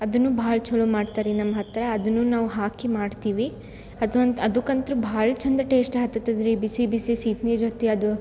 ಅದನ್ನು ಭಾಳ ಛಲೋ ಮಾಡ್ತಾರ್ರೀ ನಮ್ಮ ಹತ್ತಿರ ಅದನ್ನು ನಾವು ಹಾಕಿ ಮಾಡ್ತೀವಿ ಅದು ಅಂತ ಅದಕಂತೂ ಭಾಳ ಛಂದ ಟೇಸ್ಟ್ ಹತ್ತತದ್ರಿ ಬಿಸಿ ಬಿಸಿ ಸೀತನಿ ಜೊತೆ ಅದು